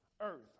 Earth